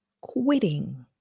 quitting